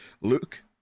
Luke